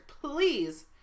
please